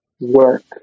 work